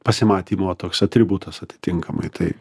pasimatymo toks atributas atitinkamai tai